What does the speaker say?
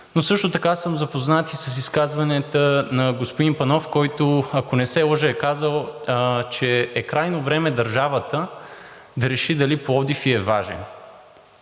Но също така съм запознат и с изказванията на господин Панов, който, ако не се лъжа, е казал, че е крайно време държавата да реши дали Пловдив ѝ е важен.